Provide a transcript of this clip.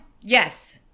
Yes